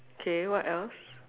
K what else